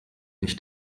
nicht